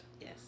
Yes